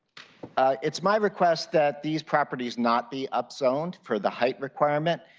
ah it's my request that these properties not be up sewn for the height requirement,